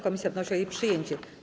Komisja wnosi o jej przyjęcie.